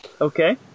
Okay